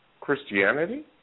Christianity